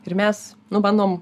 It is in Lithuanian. ir mes nu bandom